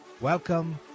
welcome